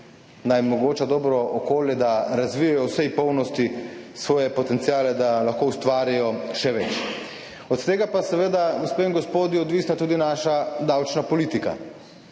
naj omogoča dobro okolje, da razvijejo v vsej polnosti svoje potenciale, da lahko ustvarijo še več. Od tega pa je seveda, gospe in gospodje, odvisna tudi naša davčna politika,